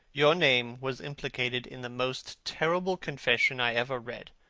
your name was implicated in the most terrible confession i ever read.